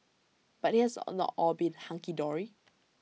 but IT has all not all been hunky dory